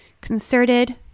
concerted